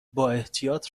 بااحتیاط